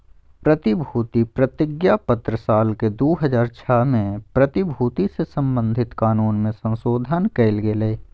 प्रतिभूति प्रतिज्ञापत्र साल के दू हज़ार छह में प्रतिभूति से संबधित कानून मे संशोधन कयल गेलय